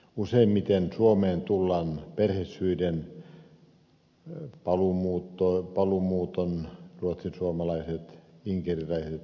useimmiten suomeen tullaan perhesyiden paluumuuton ruotsinsuomalaiset inkeriläiset ja niin edelleen